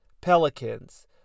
Pelicans